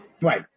Right